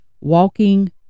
walking